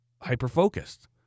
hyper-focused